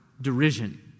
derision